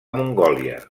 mongòlia